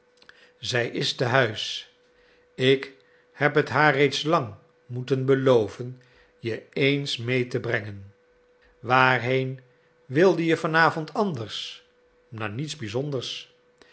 zij is te huis ik heb het haar reeds lang moeten beloven je eens mee te brengen waarheen wilde je van avond anders naar niets bizonders